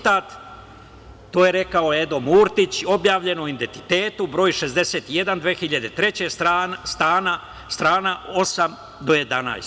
To je rekao Edo Murtić, objavljeno u "Identitetu" broj 61, 2003. godine, strana 8 do 11.